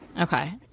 Okay